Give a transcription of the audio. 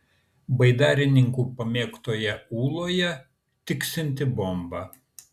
baidarininkų pamėgtoje ūloje tiksinti bomba